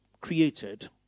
created